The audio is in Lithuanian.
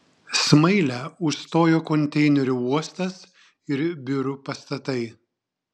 smailę užstojo konteinerių uostas ir biurų pastatai